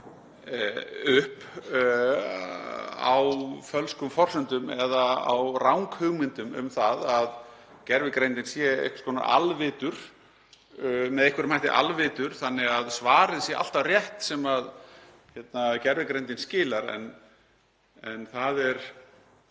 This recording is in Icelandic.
upp á fölskum forsendum eða á ranghugmyndum um það að gervigreindin sé með einhverjum hætti alvitur þannig að svarið sé alltaf rétt sem gervigreindin skilar, en það er